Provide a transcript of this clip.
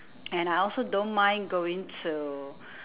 and I also don't mind going to